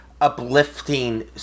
uplifting